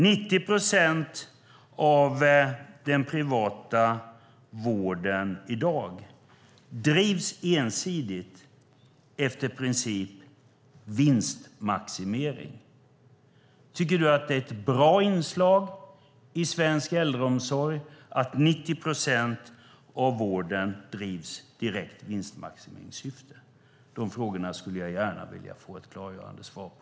90 procent av den privata vården i dag drivs ensidigt efter principen vinstmaximering. Tycker du att det är ett bra inslag i svensk äldreomsorg att 90 procent av vården drivs i direkt vinstmaximeringssyfte? De frågorna skulle jag gärna vilja få ett klargörande svar på.